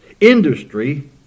industry